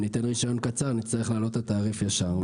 אם ניתן רישיון קצר נצטרך להעלות את התעריף ישר,